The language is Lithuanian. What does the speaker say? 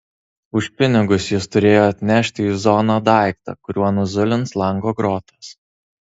už pinigus jis turėjo atnešti į zoną daiktą kuriuo nuzulins lango grotas